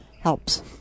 helps